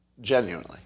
Genuinely